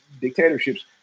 dictatorships